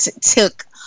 took